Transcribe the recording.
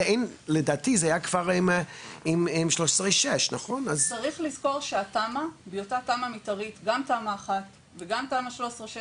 לדעתי זה היה כבר עם 6/13. צריך לזכור שגם תמ"א1 וגם תמ"א 6/13